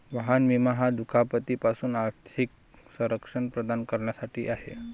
वाहन विमा हा दुखापती पासून आर्थिक संरक्षण प्रदान करण्यासाठी आहे